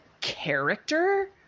character